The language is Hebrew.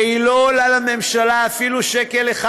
והיא לא עולה לממשלה אפילו שקל אחד.